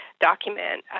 document